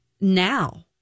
now